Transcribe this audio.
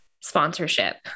sponsorship